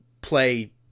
play